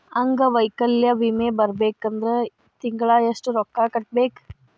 ಅಂಗ್ವೈಕಲ್ಯ ವಿಮೆ ಬರ್ಬೇಕಂದ್ರ ತಿಂಗ್ಳಾ ಯೆಷ್ಟ್ ರೊಕ್ಕಾ ಕಟ್ಟ್ಬೇಕ್?